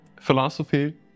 philosophy